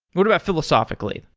what about philosophically?